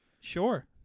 Sure